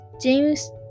James